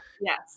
yes